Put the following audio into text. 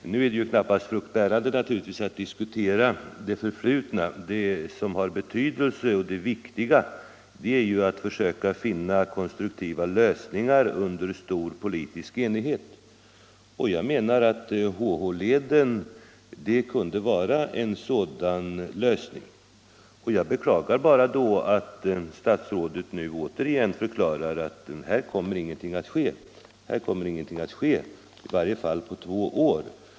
Nu är det givetvis inte fruktbärande att diskutera det förflutna. Det viktiga är ju att försöka finna konstruktiva lösningar under stor politisk enighet. Och jag menar att HH-leden kunde vara en sådan lösning. Jag beklagar då bara att statsrådet nu åter förklarar att här kommer ingenting att ske, i varje fall inte på två år.